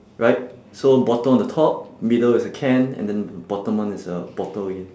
right so bottle on the top middle is a can and then bottom one is a bottle again